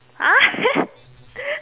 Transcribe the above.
!huh!